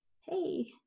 Hey